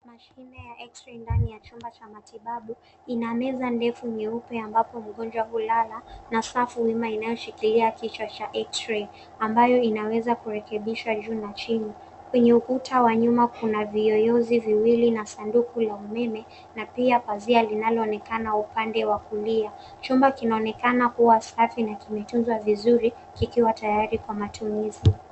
Mashine ya X-ray ndani ya chumba cha matibabu ina meza ndefu nyeupe ambapo mgonjwa hulala na safu wima inayoshikilia kichwa cha X-ray ambayo inaweza kurekebishwa juu na chini. Kwenye ukuta wa nyuma kuna viyeyuzi viwili na sanduku la umeme na pia pazia linaloonekana upande wakulia. Chumba kinonekana kuwa safi na kimetunzwa vizuri kikiwa tayari kwa matumizi.